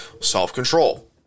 self-control